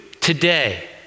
today